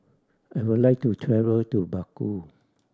I would like to travel to Baku